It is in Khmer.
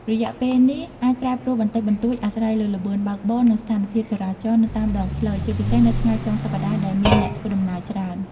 រយៈពេលនេះអាចប្រែប្រួលបន្តិចបន្តួចអាស្រ័យលើល្បឿនបើកបរ និងស្ថានភាពចរាចរណ៍នៅតាមដងផ្លូវ ជាពិសេសនៅថ្ងៃចុងសប្តាហ៍ដែលមានអ្នកធ្វើដំណើរច្រើន។